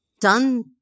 done